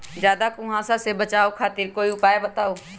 ज्यादा कुहासा से बचाव खातिर कोई उपाय बताऊ?